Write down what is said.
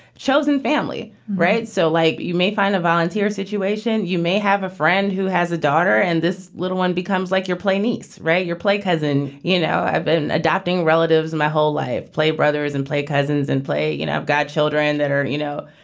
chosen family. right. so like you may find a volunteer situation. you may have a friend who has a daughter and this little one becomes like your play niece, write your play cousin. you know, i've been adapting relatives in my whole life, play brothers and play cousins and play, you know, godchildren that are, and you know,